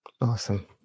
Awesome